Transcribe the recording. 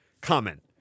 comment